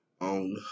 on